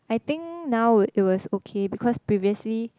I think now it it was okay because previously